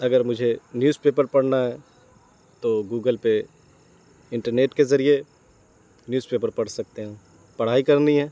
اگر مجھے newspaper پڑھنا ہے تو گوگل پہ انٹرنیٹ کے ذریعے نیوز پیپر پڑھ سکتے ہیں پڑھائی کرنی ہے